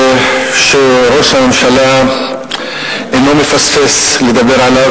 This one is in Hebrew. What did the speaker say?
שראש הממשלה אינו מפספס לדבר עליו,